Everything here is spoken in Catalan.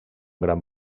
gran